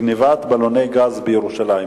גנבת בלוני גז בירושלים.